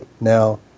Now